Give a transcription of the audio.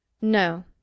No